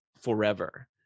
forever